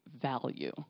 value